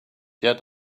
yet